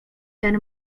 ten